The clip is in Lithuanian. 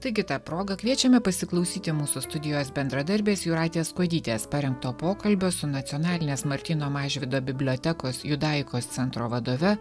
taigi ta proga kviečiame pasiklausyti mūsų studijos bendradarbės jūratės kuodytės parengto pokalbio su nacionalinės martyno mažvydo bibliotekos judaikos centro vadove